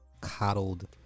coddled